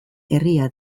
herria